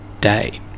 day